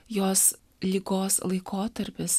jos ligos laikotarpis